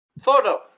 photo